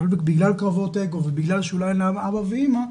אבל בגלל קרבות אגו ואולי בגלל שאין לה אבא ואמא,